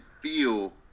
feel